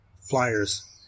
flyers